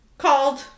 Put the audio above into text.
Called